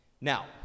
now